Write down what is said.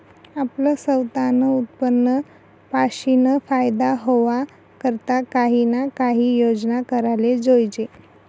आपलं सवतानं उत्पन्न पाशीन फायदा व्हवा करता काही ना काही योजना कराले जोयजे